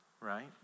right